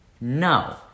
No